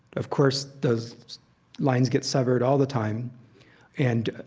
of course, those lines get severed all the time and,